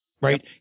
right